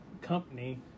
company